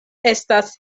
estas